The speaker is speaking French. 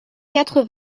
quatre